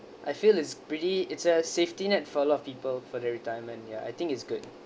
I feel is pretty it's a safety net for a lot of people for their retirement ya I think it's good